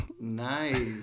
Nice